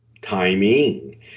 timing